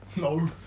No